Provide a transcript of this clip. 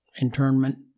internment